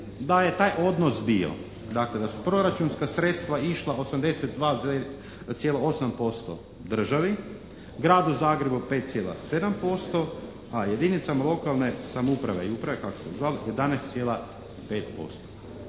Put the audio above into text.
da je taj odnos bio, dakle da su proračunska sredstva išla 82,8% državi, Gradu Zagrebu 5,7%, a jedinicama lokalne samouprave i uprave kako se to zove 11,5%.